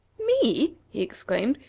me! he exclaimed.